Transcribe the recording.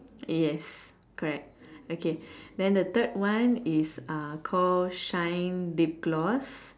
yes correct okay then the third one is uh call shine lip gloss